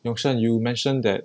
yong shen mentioned that